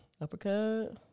uppercut